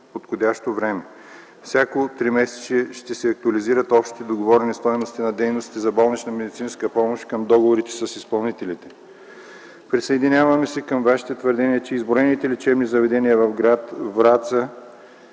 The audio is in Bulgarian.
Всяко тримесечие ще се актуализират общите договорени стойности на дейностите за болнична медицинска помощ към договорите с изпълнителите. Присъединявам се към Вашите твърдения, че изброените лечебни заведения в гр. Враца